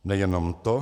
Nejenom to.